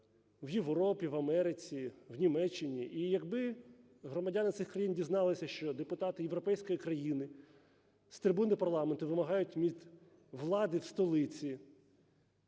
в Європі, в Америці, в Німеччині, і якби громадяни цих країн дізналися, що депутати європейської країни з трибуни парламенту вимагають від влади в столиці